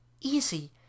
easy